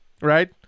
Right